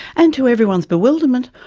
and, to everyone's bewilderment,